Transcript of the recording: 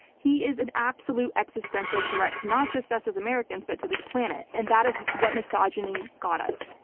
he is an absolute existential threat to not just us as americans, but to this planet and that is what misogyny got us.